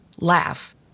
laugh